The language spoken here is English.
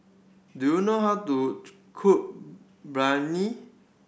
do you know how to cook Biryani